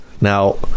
Now